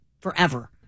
forever